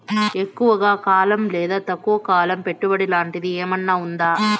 ఎక్కువగా కాలం లేదా తక్కువ కాలం పెట్టుబడి లాంటిది ఏమన్నా ఉందా